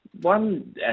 one